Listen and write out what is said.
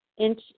inch